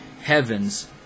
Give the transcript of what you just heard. heavens